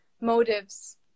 motives